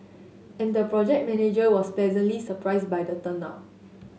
and the project manager was pleasantly surprised by the turnout